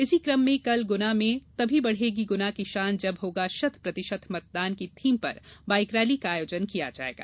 इसी कम में कल गुना में तभी बढ़ेगी गुना की शान जब होगा शत प्रतिशत मतदान की थीम पर बाइक रैली का आयोजन किया जायेगा